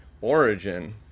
origin